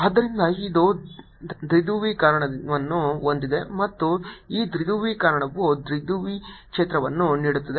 ಆದ್ದರಿಂದ ಇದು ದ್ವಿಧ್ರುವಿ ಕ್ಷಣವನ್ನು ಹೊಂದಿದೆ ಮತ್ತು ಈ ದ್ವಿಧ್ರುವಿ ಕ್ಷಣವು ದ್ವಿಧ್ರುವಿ ಕ್ಷೇತ್ರವನ್ನು ನೀಡುತ್ತದೆ